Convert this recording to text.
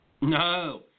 No